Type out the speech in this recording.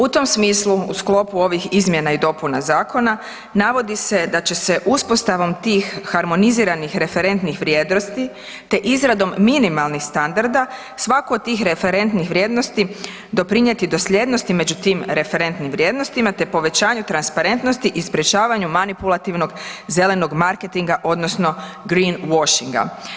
U tom smislu u sklopu ovih izmjena i dopuna zakona navodi se da će se uspostavom tih harmoniziranih referentnih vrijednosti, te izradom minimalnih standarda svako od tih referentnih vrijednosti doprinjeti dosljednosti među tim referentnim vrijednostima, te povećanju transparentnosti i sprječavanju manipulativnog zelenog marketinga odnosno Greenwashinga.